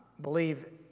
believe